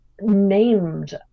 named